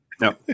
no